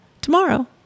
tomorrow